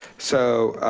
so,